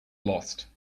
lost